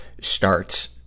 starts